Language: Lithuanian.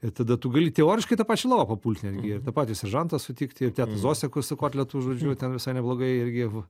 ir tada tu gali teoriškai į tą pačią lovą papult netgi ir tą patį seržantą sutikt ir tetą zosę su kotletu žodžiu ten visai neblogai irgi